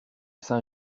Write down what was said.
saint